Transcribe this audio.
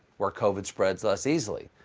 where covid spreads less easily,